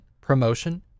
promotion